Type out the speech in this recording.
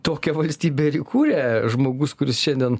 tokią valstybę ir įkūrė žmogus kuris šiandien